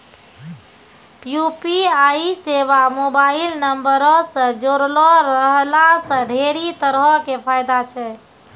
UPI सेबा mobile नंबरो से जुड़लो रहला से ढेरी तरहो के फायदा छै